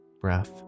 breath